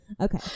Okay